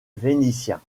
vénitiens